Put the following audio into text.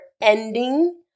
ending